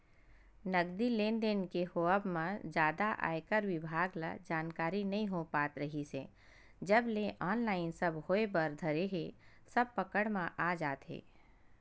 नगदी लेन देन के होवब म जादा आयकर बिभाग ल जानकारी नइ हो पात रिहिस हे जब ले ऑनलाइन सब होय बर धरे हे सब पकड़ म आ जात हे